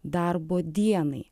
darbo dienai